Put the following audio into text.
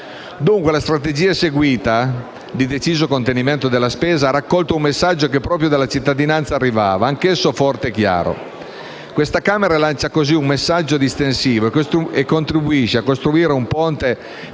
Dunque la strategia seguita, di deciso contenimento della spesa, ha raccolto un messaggio che proprio dalla cittadinanza arrivava, anch'esso forte e chiaro. Questa Camera lancia così un messaggio distensivo e contribuisce a costruire un ponte che